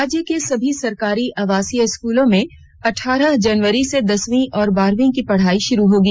राज्य के सभी सरकारी आवासीय स्कूलों में अठारह जनवरी से दसवीं और बारहवीं की पढ़ाई शुरू होगी